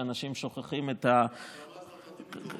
כשאנשים שוכחים, גם אז נתתי ביקורת.